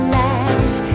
life